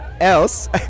else